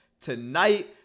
tonight